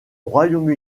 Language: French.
royaume